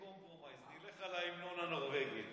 יש לי פשרה: נלך על ההמנון הנורבגי.